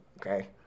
Okay